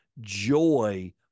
joy